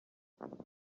dominic